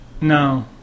no